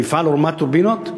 במפעל "אורמת טורבינות",